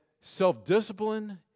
self-discipline